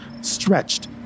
stretched